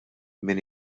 min